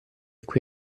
qui